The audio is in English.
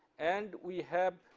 and we have